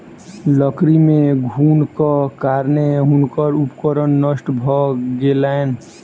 लकड़ी मे घुनक कारणेँ हुनकर उपकरण नष्ट भ गेलैन